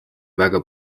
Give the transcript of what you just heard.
väga